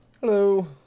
Hello